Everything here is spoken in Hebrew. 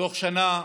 תוך שנה.